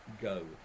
go